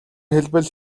хэлбэл